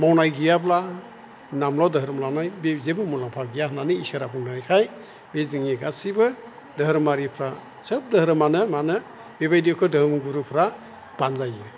मावनाय गैयाब्ला नामल' दोहोरोम लानाय बे जेबो मुलाम्फा गैया होन्नानै इसोरा बुंनायखाय बे जोंनि गासैबो दोहोरोमारिफ्रा सोब दोहोरोमानो मानो बेबायदिखौ दोहोरोम गुरुफ्रा बानजाइयो